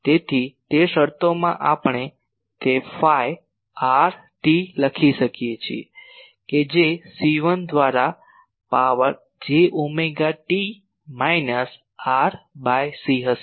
તેથી તે શરતોમાં આપણે તે ફાઈ r t લખી શકીએ કે જે c1 દ્વારા power j omega t minus r ભાગ્યા c હશે